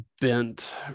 bent